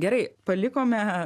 gerai palikome